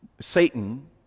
Satan